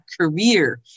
career